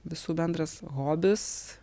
visų bendras hobis